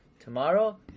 Tomorrow